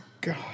God